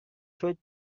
should